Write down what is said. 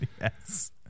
Yes